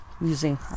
using